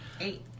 eight